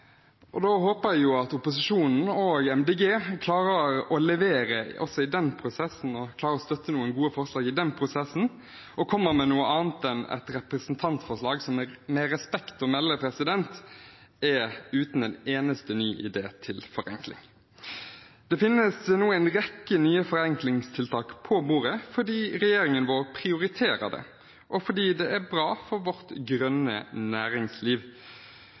og jeg håper at opposisjonen og Miljøpartiet De Grønne klarer å levere også i den prosessen, klarer å støtte noen gode forslag og komme med noe annet enn et representantforslag som jeg med respekt å melde mener er uten en eneste ny idé til forenkling. Det finnes nå en rekke nye forenklingstiltak på bordet fordi regjeringen vår prioriterer det, og fordi det er bra for vårt grønne næringsliv.